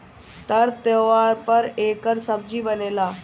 तर त्योव्हार पर एकर सब्जी बनेला